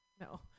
No